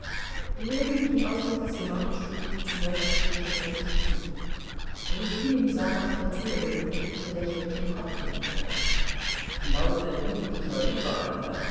ljewin ging aus dem zimmer und schlug die tür heftig hinter sich zu rjabinin sah nach der tür hin und wiegte lächelnd den kopf hin und her lauter jugendlicher übereifer